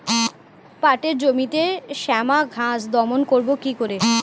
পাটের জমিতে শ্যামা ঘাস দমন করবো কি করে?